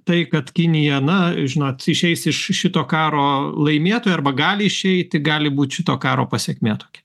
tai kad kinija na žinot išeis iš šito karo laimėtoja arba gali išeiti gali būt šito karo pasekmė tokia